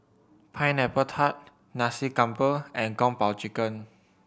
Pineapple Tart Nasi Campur and Kung Po Chicken